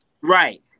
Right